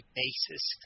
basis